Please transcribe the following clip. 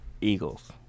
Eagles